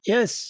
Yes